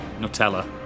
Nutella